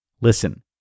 listen